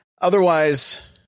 Otherwise